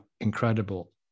incredible